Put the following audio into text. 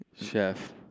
Chef